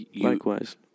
Likewise